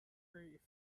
grief